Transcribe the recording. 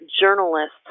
journalists